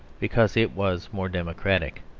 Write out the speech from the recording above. because it was more democratic.